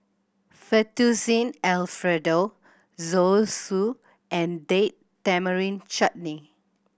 Fettuccine Alfredo Zosui and Date Tamarind Chutney